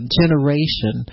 generation